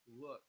look